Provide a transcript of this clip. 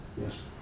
Yes